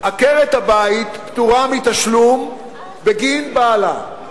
עקרת-הבית פטורה מתשלום בגין בעלה,